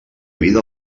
vida